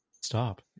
stop